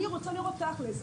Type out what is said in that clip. אני רוצה לראות תכלס.